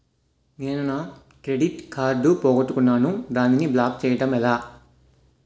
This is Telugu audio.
నేను నా క్రెడిట్ కార్డ్ పోగొట్టుకున్నాను దానిని బ్లాక్ చేయడం ఎలా?